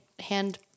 hand